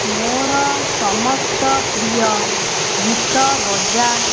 ମୋର ସମସ୍ତ ପ୍ରିୟ ଗୀତ ବଜା